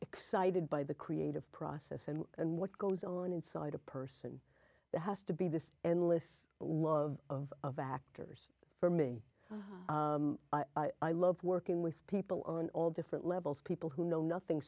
excited by the creative process and what goes on inside a person there has to be this endless love of actors for me i love working with people on all different levels people who know nothing